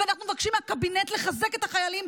ואנחנו מבקשים מהקבינט לחזק את החיילים,